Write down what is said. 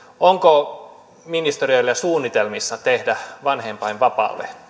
onko ministeriöillä suunnitelmissa tehdä vanhempainvapaalle